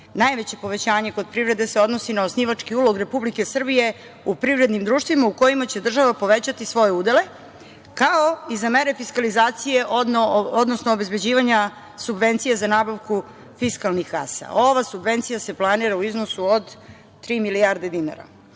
najveće povećanje kod privrede se odnosi na osnivački ulog Republike Srbije u privrednim društvima u kojima će država povećati svoje udele, kao i za mere fiskalizacije, odnosno obezbeđivanja subvencija za nabavku fiskalnih kasa. Ova subvencija se planira u iznosu od tri milijarde dinara. Jasno